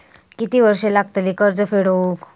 किती वर्षे लागतली कर्ज फेड होऊक?